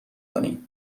کنی